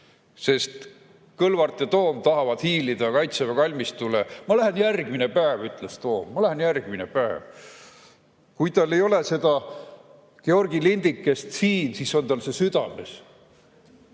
Sest Kõlvart ja Toom tahavad hiilida Kaitseväe kalmistule. Ma lähen järgmine päev, ütles too. Ma lähen järgmine päev. Kui tal ei ole seda Georgi lindikest [rinnas], siis on tal see südames.